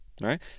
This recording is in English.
Right